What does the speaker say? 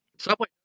Subway